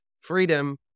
freedom